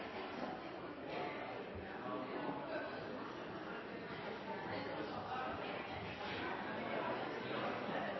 Jeg har